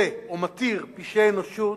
מתיר פשעים נגד האנושות.